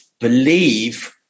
believe